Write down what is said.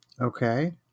okay